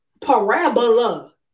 Parabola